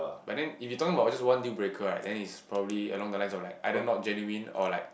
but then if you talking about just one deal breaker right then is probably along the lines of like either not genuine or like